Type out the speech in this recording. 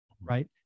right